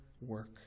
work